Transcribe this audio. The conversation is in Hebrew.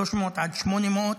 300 עד 800,